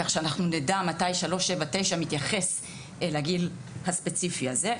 כך שאנחנו נדע מתי 379 מתייחס לגיל הספציפי הזה,